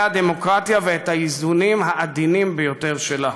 הדמוקרטיה ואת האיזונים העדינים ביותר שלה,